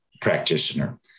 practitioner